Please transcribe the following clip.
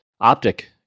Optic